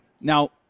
now